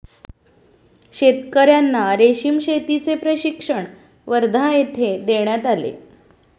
शेतकर्यांना रेशीम शेतीचे प्रशिक्षण वर्धा येथे देण्यात आले